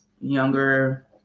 younger